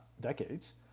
decades